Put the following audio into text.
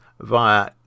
via